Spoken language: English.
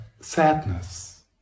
sadness